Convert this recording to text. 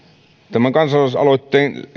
tämän kansalaisaloitteen